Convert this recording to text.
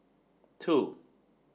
two